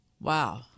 Wow